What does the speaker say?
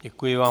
Děkuji vám.